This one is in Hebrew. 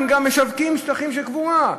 הם גם משווקים שטחים של קבורה.